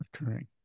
occurring